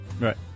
Right